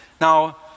Now